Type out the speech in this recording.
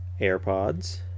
AirPods